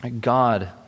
God